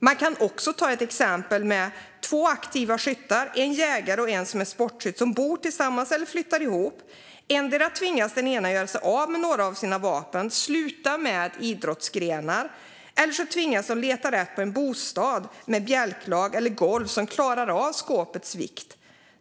Man kan också ta ett exempel med två aktiva skyttar, en jägare och en sportskytt, som bor tillsammans eller flyttar ihop. Endera tvingas den ena göra sig av med några av sina vapen och kanske sluta med idrottsgrenar, eller så tvingas de leta rätt på en bostad med bjälklag eller golv som klarar av skåpets vikt.